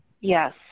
Yes